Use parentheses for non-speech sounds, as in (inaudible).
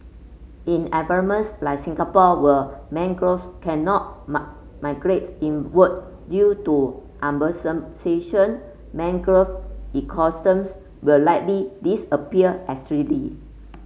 in ever (unintelligible) like Singapore where mangrove cannot (unintelligible) migrates inward due to urbanisation mangrove ecosystems will likely disappear (unintelligible)